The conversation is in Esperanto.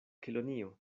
kelonio